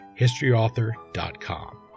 historyauthor.com